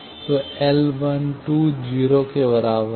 तो L 0 के बराबर है